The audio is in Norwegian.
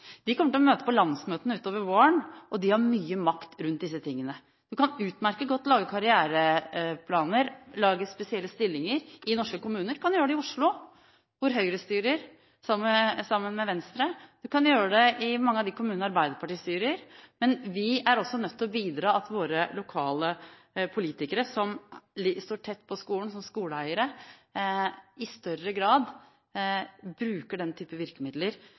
de kommer til å møte på landsmøtene utover våren, og de har mye makt rundt disse tingene: Vi kan utmerket godt lage karriereplaner og lage spesielle stillinger i norske kommuner. Vi kan gjøre det i Oslo også, hvor Høyre styrer sammen med Venstre. Vi kan gjøre det i mange av de kommunene Arbeiderpartiet styrer. Men vi er også nødt til å bidra til at våre lokale politikere som står tett på skolen som skoleeiere, i større grad bruker den typen virkemidler,